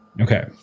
Okay